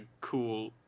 cool